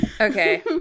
Okay